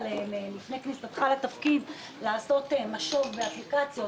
תפעול קבר הרשב"י,